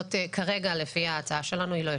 כרגע לפי ההצעה שלנו היא לא יושבת.